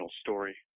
story